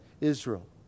Israel